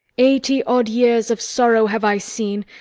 eighty odd years of sorrow have i seen,